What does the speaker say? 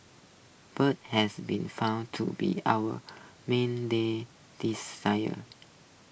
birds has been found to be our day